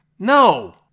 No